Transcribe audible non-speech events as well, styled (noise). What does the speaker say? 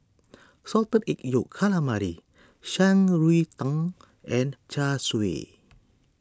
(noise) Salted Egg Yolk Calamari ShanRui Tang and Char Siu (noise)